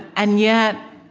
and yet,